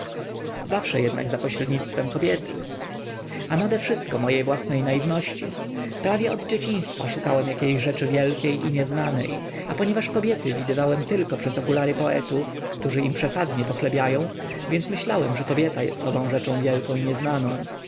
zawsze jednak za pośrednictwem kobiety a nadewszystko mojej własnej naiwności prawie od dzieciństwa szukałem jakiejś rzeczy wielkiej i nieznanej a ponieważ kobiety widywałem tylko przez okulary poetów którzy im przesadnie pochlebiają więc myślałem że kobieta jest ową rzeczą wielką i nieznaną